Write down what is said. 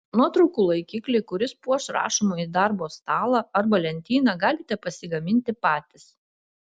nuotraukų laikiklį kuris puoš rašomąjį darbo stalą arba lentyną galite pasigaminti patys